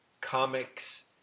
comics